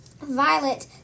Violet